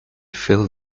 feel